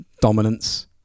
dominance